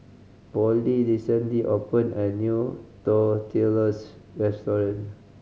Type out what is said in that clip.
Vollie recently opened a new Tortillas Restaurant